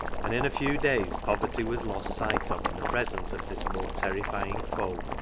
and in a few days poverty was lost sight of in the presence of this more terrifying foe.